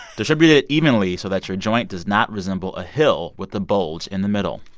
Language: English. distribute it evenly so that your joint does not resemble a hill with the bulge in the middle.